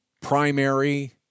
primary